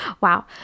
wow